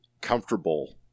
comfortable